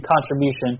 contribution